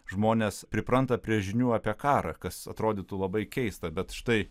žmonės pripranta prie žinių apie karą kas atrodytų labai keista bet štai